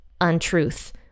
untruth